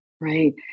right